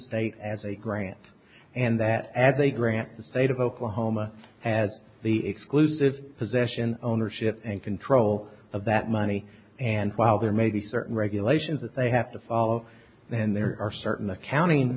state as a grant and that as a grant the state of oklahoma has the exclusive possession ownership and control of that money and while there may be certain regulations that they have to follow then there are certain accounting